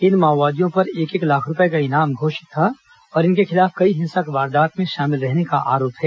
इन माओवादियों पर एक एक लाख रूपये का इनाम घोषित था और इनके खिलाफ कई हिंसक वारदातों में शामिल रहने का आरोप है